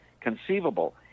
conceivable